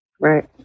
Right